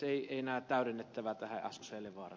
ei enää täydennettävää tämän ed